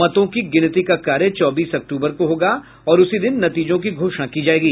मतों की गिनती का कार्य चौबीस अक्टूबर को होगा और उसी दिन नतीजों की घोषणा की जायेगी